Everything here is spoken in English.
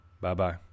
Bye-bye